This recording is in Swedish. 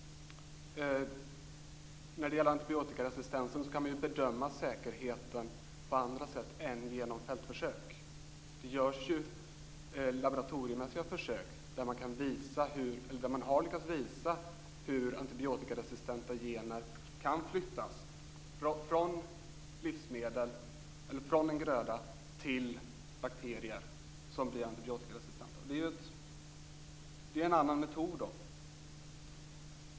När det gäller antibiotikaresistens kan man bedöma säkerheten på andra sätt än genom fältförsök. Det görs ju laboratorieförsök där man har lyckats visa hur antibiotikaresistenta gener kan flyttas från en gröda till bakterier som blir antibiotikaresistenta. Det är en annan metod.